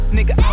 Nigga